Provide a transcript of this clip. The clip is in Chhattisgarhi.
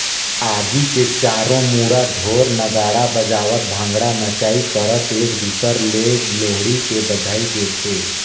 आगी के चारों मुड़ा ढोर नगाड़ा बजावत भांगडा नाचई करत एक दूसर ले लोहड़ी के बधई देथे